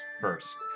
first